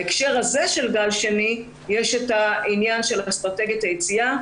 בהקשר הזה של גל שני יש את העניין של אסטרטגיית היציאה.